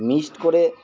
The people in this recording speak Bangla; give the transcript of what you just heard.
মিক্স করে